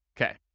Okay